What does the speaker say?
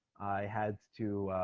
i had to